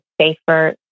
safer